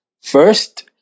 first